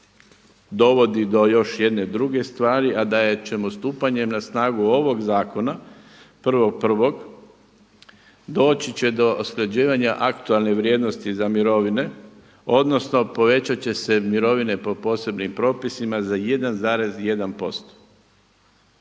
dovodi do još jedne druge stvari, a da ćemo stupanjem na snagu ovog zakona 1.1. doći do usklađivanja aktualne vrijednosti za mirovine odnosno povećat će se mirovine po posebnim propisima za 1,1%.